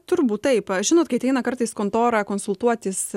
turbūt taip žinot kai ateina kartais į kontorą konsultuotis